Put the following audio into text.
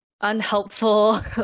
unhelpful